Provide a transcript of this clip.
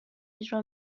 اجرا